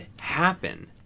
happen